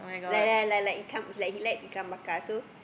like like like like ikan he like he like ikan bakar so